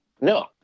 no